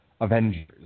Avengers